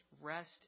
rest